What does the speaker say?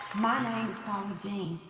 my name is paula jean.